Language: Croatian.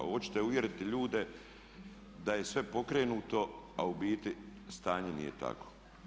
Oćete uvjeriti ljude da je sve pokrenuto a u biti stanje nije tako.